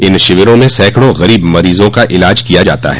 इन शिविरों में सैंकड़ों गरीब मरीजों का इलाज किया जाता है